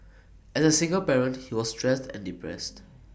as A single parent he was stressed and depressed